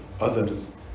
others